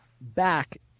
back